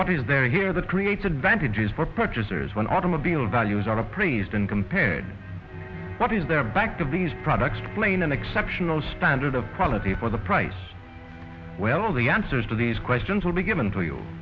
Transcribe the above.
what is there here that created vantages for purchasers when automobile values are appraised and compared what is there back to these products plain and exceptional standard of quality for the price well the answers to these questions will be given to you